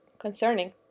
concerning